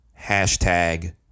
Hashtag